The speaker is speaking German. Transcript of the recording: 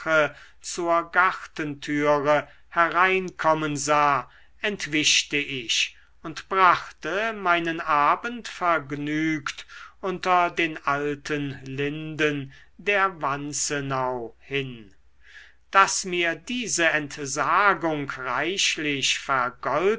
zur gartentüre hereinkommen sah entwischte ich und brachte meinen abend vergnügt unter den alten linden der wanzenau hin daß mir diese entsagung reichlich vergolten